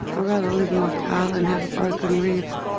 ah rather live in my car than have a broken rib.